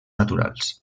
naturals